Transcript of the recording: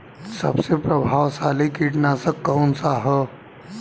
सबसे प्रभावशाली कीटनाशक कउन सा ह?